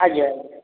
ଆଜ୍ଞା ଆଜ୍ଞା